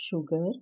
sugar